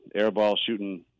airball-shooting